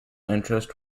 interest